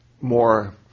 more